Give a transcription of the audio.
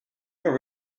are